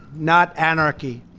not anarchy.